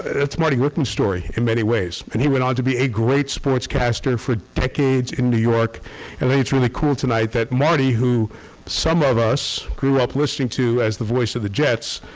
it's marty glickman story in many ways. and he went on to be a great sportscaster for decades in new york and then it's really cool tonight that marty who some of us grew up listening to as the voice of the jets,